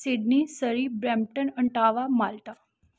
Sydney Surrey Brampton Ottawa Malta